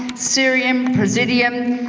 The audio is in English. cerium. praseodymium.